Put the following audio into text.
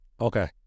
Okay